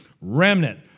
remnant